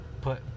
put